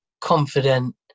confident